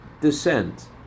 descent